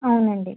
అవునండి